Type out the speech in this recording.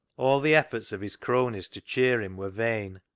all the efforts of his cronies to cheer him were vain,